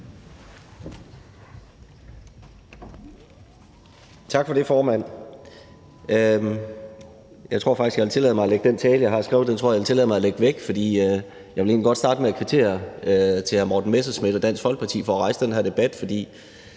Tak for det, formand. Jeg tror faktisk, jeg vil tillade mig at lægge den tale, jeg har skrevet, væk, for jeg vil egentlig godt starte med at kvittere over for hr. Morten Messerschmidt og Dansk Folkeparti for at rejse den her debat. Jeg